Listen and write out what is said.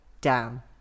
down